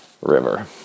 River